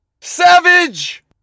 Savage